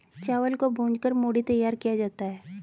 चावल को भूंज कर मूढ़ी तैयार किया जाता है